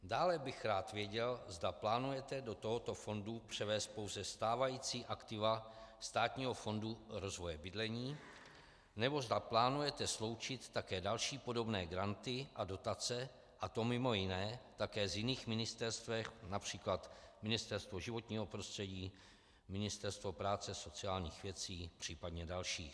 Dále bych rád věděl, zda plánujete do tohoto fondu převést pouze stávající aktiva Státního fondu rozvoje bydlení nebo zda plánujete sloučit také další podobné granty a dotace, a to mj. také z jiných ministerstev, například Ministerstvo životního prostředí, Ministerstvo práce a sociálních věcí případně dalších.